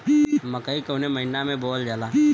मकई कवने महीना में बोवल जाला?